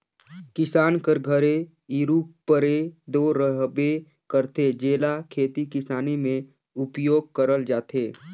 किसान कर घरे इरूपरे दो रहबे करथे, जेला खेती किसानी मे उपियोग करल जाथे